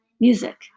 music